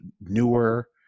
newer